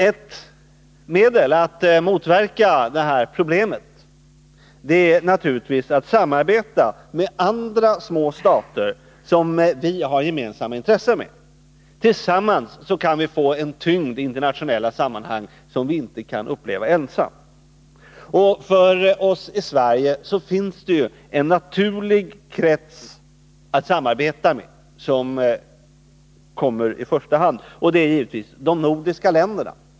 Ett medel att motverka detta problem är naturligtvis att samarbeta med andra små stater, med vilka vi har gemensamma intressen. Tillsammans kan vi få en tyngd i internationella sammanhang som vi inte kan uppnå ensamma. För ossi Sverige finns det en naturlig krets att samarbeta med som kommer iförsta hand. Det är givetvis de nordiska länderna.